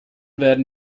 werden